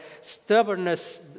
stubbornness